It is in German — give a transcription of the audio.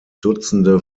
dutzende